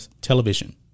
television